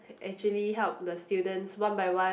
actually helped the students one by one